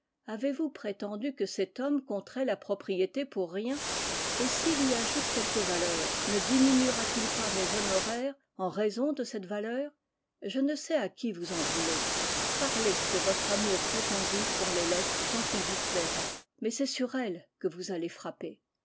avez-vous prétendu que cet homme compterait la propriété pour rien et s'il y ajoute quelque valeur ne diminuera t il pas mes honoraires en raison de cette valeur je ne sais à qui vous en voulez parlez de votre amour prétendu pour les lettres tant qu'il vous plaira mais c'est sur elles que vous allez frapper